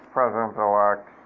President-elect